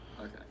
Okay